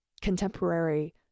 contemporary